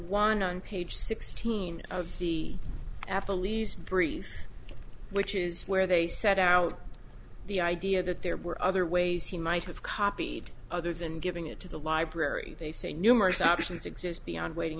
one on page sixteen of the afa leaves brief which is where they set out the idea that there were other ways he might have copied other than giving it to the library they say numerous options exist beyond wading